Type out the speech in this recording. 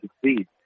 succeed